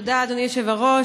תודה, אדוני היושב-ראש.